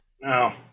No